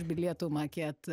bilietų maket